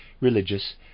religious